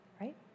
right